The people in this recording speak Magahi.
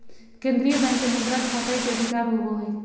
केन्द्रीय बैंक के मुद्रा छापय के अधिकार होवो हइ